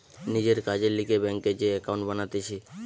নিজের কাজের লিগে ব্যাংকে যে একাউন্ট বানাতিছে